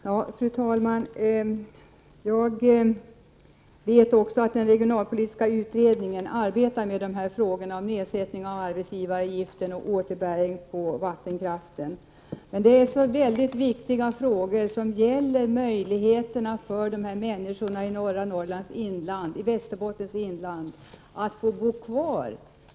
Fru talman! Jag vet också att den regionalpolitiska utredningen arbetar med de frågor som gäller nedsättning av arbetsgivaravgiften och återbäring på vattenkraften. Men det är så viktiga frågor som gäller möjligheterna för dessa människor i norra Norrland och Västerbottens inland att få bo kvar.